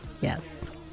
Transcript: Yes